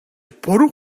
буруу